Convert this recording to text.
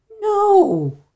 no